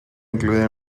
incluida